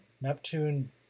Neptune